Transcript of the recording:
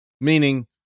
meaning